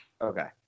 Okay